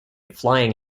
flying